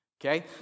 Okay